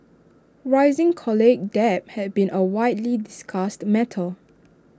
rising college debt has been A widely discussed matter